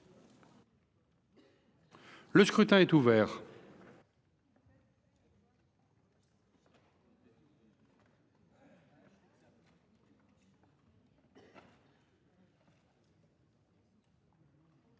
Le scrutin est ouvert.